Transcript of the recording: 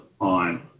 on